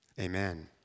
amen